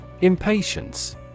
Impatience